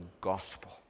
gospel